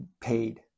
paid